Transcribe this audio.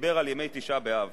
דיבר על ימי תשעה באב